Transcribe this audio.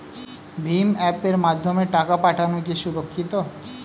ভিম পের মাধ্যমে টাকা পাঠানো কি সুরক্ষিত?